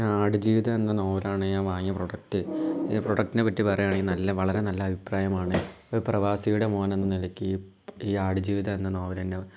ഞാൻ ആട് ജീവിതം എന്ന നോവലാണ് ഞാൻ വാങ്ങിയ പ്രോഡക്റ്റ് ഈ പ്രോഡക്റ്റിനെപ്പറ്റി പറയുകയാണെങ്കിൽ നല്ല വളരെ നല്ല അഭിപ്രായമാണ് ഒരു പ്രവാസിയുടെ മോനെന്ന നിലയ്ക്ക് ഈ ആട് ജീവിതം എന്ന നോവൽ എന്നെ